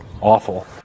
awful